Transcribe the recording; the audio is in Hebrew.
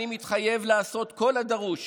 אני מתחייב לעשות את כל הדרוש